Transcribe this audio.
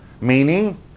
Meaning